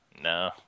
No